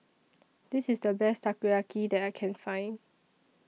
This IS The Best Takoyaki that I Can Find